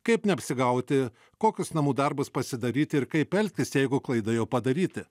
kaip neapsigauti kokius namų darbus pasidaryti ir kaip elgtis jeigu klaida jau padaryti